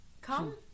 Come